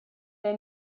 they